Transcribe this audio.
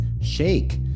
shake